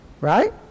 Right